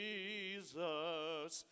Jesus